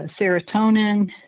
serotonin